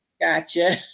gotcha